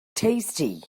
tasty